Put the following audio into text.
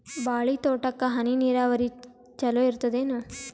ಬಾಳಿ ತೋಟಕ್ಕ ಹನಿ ನೀರಾವರಿ ಚಲೋ ಇರತದೇನು?